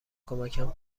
کمکم